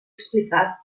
explicat